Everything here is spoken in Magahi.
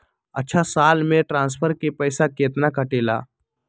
अछा साल मे ट्रांसफर के पैसा केतना कटेला?